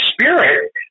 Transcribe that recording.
spirit